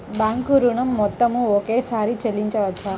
Bank ఋణం మొత్తము ఒకేసారి చెల్లించవచ్చా?